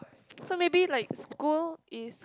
so maybe like school is